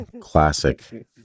Classic